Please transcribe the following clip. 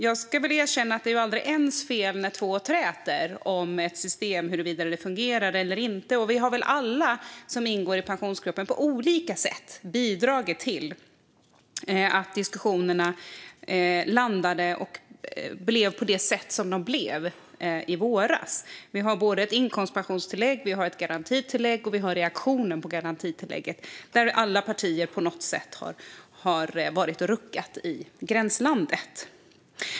Jag ska väl erkänna att det aldrig är ens fel när två träter om huruvida ett system fungerar eller inte. Alla vi som ingår i Pensionsgruppen har väl på olika sätt bidragit till att diskussionerna landade som de gjorde i våras. Vi har såväl ett inkomstpensionstillägg som ett garantitillägg och reaktionen på garantitillägget. Där har alla partier på något sätt varit och ruckat i gränslandet.